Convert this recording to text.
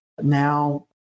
now